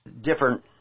different